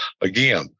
Again